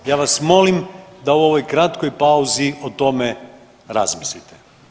Ja vas molim da u ovoj kratkoj pauzi o tome razmislite.